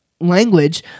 language